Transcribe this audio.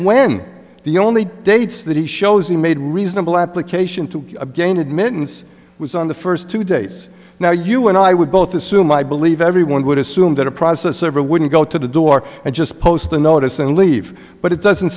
when the only dates that he shows he made reasonable application to gain admittance was on the first two days now you and i would both assume i believe everyone would assume that a process server wouldn't go to the door and just post a notice and leave but it doesn't